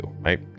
right